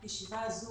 אבל אני חושבת